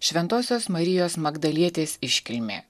šventosios marijos magdalietės iškilmė